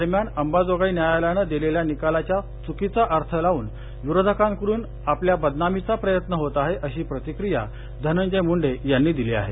दरम्यान अंबाजोगाई न्यायालयान दिलेल्या निकालाचा चुकीचा अर्थ लावून विरोधकांकडून आपल्या बदनामीचा प्रयत्न होत आहे अशी प्रतिक्रिया धनंजय मुंडे यांनी दिली आहे